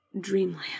dreamland